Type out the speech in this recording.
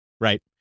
right